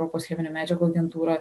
europos cheminių medžiagų agentūra